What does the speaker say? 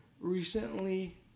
recently